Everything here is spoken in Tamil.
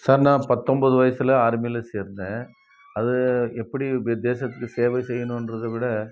சார் நான் பத்தொம்போது வயசில் ஆர்மியில் சேர்ந்தேன் அது எப்படி தேசத்துக்கு சேவை செய்யணும்ன்றத விட